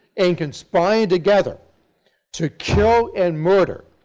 and conspiring together to kill and murder,